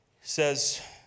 says